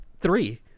three